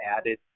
added